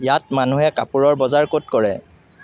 ইয়াত মানুহে কাপোৰৰ বজাৰ ক'ত কৰে